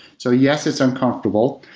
so, yes, it's uncomfortable,